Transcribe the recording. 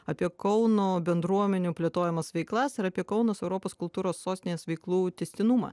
apie kauno bendruomenių plėtojamas veiklas ir apie kaunas europos kultūros sostinės veiklų tęstinumą